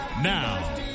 Now